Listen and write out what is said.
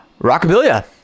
Rockabilia